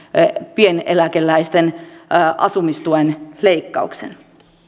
pieneläkeläisten asumistuen leikkauksen